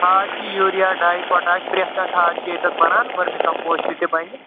آ چھِ یوٗریا ڈاے پوٹاش پرٛتھ کانٛہہ کھاد چھِ ییٚتیٚتھ بنان ؤرمہٕ کمپوز تہِ بنہِ